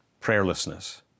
prayerlessness